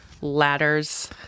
ladders